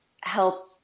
help